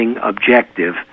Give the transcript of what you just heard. objective